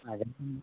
అదేనండి